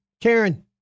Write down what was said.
Karen